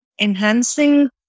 enhancing